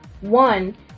One